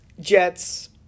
jets